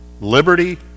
liberty